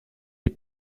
les